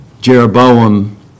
Jeroboam